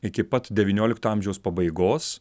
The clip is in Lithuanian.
iki pat devyniolikto amžiaus pabaigos